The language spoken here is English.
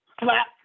Slap